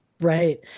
Right